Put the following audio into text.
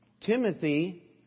Timothy